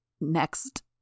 next